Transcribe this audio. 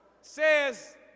says